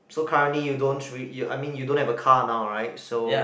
so currently you don't dr~ I mean you don't have a car now right so